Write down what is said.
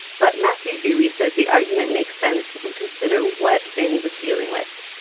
but matthew hughey says the argument makes sense if you consider what thind was dealing with.